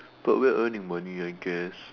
but we're earning money I guess